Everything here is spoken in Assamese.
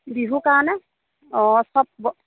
বিহুৰ কাৰণে অঁ সব